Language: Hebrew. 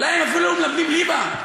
אולי הם אפילו לא מלמדים ליבה,